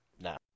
No